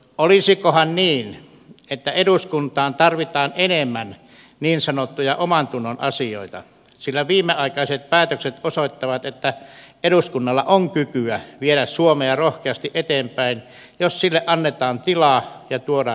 olisikohan niin että eduskuntaan tarvitaan enemmän niin sanottuja omantunnon asioita sillä viimeaikaiset päätökset osoittavat että eduskunnalla on kykyä viedä suomea rohkeasti eteenpäin jos sille annetaan tilaa ja tuodaan esityksiä